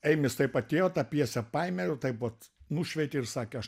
eimis taip atėjo tą pjesę paėmė ir taip vuot nušveitė ir sakė aš